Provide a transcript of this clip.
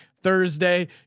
Thursday